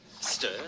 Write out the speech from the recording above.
stir